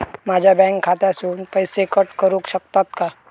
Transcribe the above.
माझ्या बँक खात्यासून पैसे कट करुक शकतात काय?